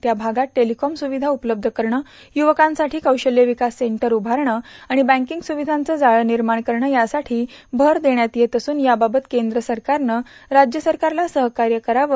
त्या भागात टेलिक्रिम सुविधा उपलब्ध करणं युवकांसाठी कौशल्य विकास सेंटर उभारणं आणि बैंकेग सुविधांचे जाळे निर्माण करणं यासाठी भर देण्यात येत असून याबाबत केंद्र सरकारनं राज्य सरकारला सहकार्य करावं